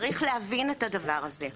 צריך להבין את הדבר הזה.